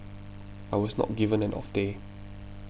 I was not given an off day